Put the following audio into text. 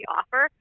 offer